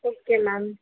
okay ma'am